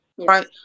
Right